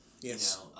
Yes